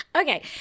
Okay